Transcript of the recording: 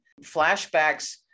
Flashbacks